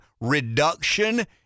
reduction